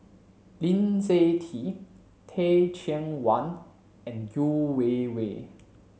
Lee Seng Tee Teh Cheang Wan and Yeo Wei Wei